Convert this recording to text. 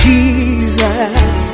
Jesus